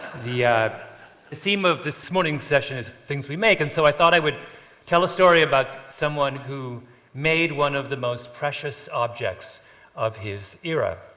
the theme of this morning's session is things we make. and so i thought i would tell a story about someone who made one of the most precious objects of his era.